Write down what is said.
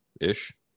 Ish